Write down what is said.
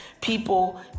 people